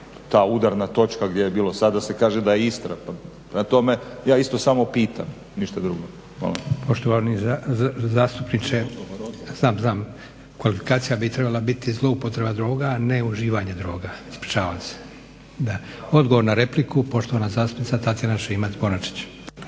ta udarna točka gdje je bilo, sada se kaže da je Istra, prema tome ja isto samo pitam, ništa drugo. Hvala. **Leko, Josip (SDP)** Poštovani zastupniče, kvalifikacija bi trebala biti zloupotreba droga, a ne uživanje droga. Ispričavam se. Odgovor na repliku, poštovana zastupnica Tatjana Šimac-Bonačić.